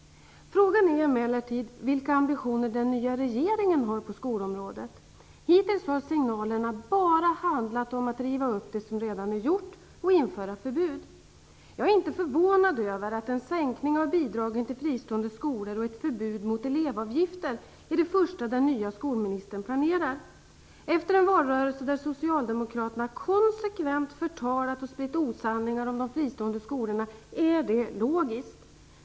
Frågan är emellertid vilka ambitioner den nya regeringen har på skolområdet. Hittills har signalerna bara handlat om att riva upp det som redan är gjort och införa förbud. Jag är inte förvånad över att en sänkning av bidragen till fristående skolor och ett förbud mot elevavgifter är det första den nya skolministern planerar. Efter en valrörelse där socialdemokraterna konsekvent förtalat och spritt osanningar om de fristående skolorna är det logiskt.